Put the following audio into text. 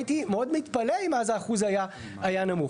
הייתי מאוד מתפלא אם אז האחוז היה נמוך.